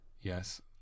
yes